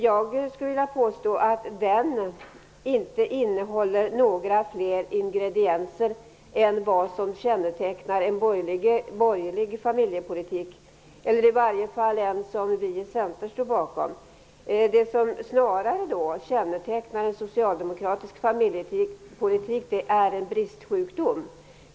Jag skulle vilja påstå att den inte innehåller fler ingredienser än vad som kännetecknar en borgerlig familjepolitik, i varje fall en som vi i Centern står bakom. Det som snarare kännetecknar en socialdemokratisk familjepolitik är en bristsjukdom.